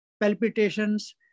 palpitations